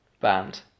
band